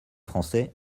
français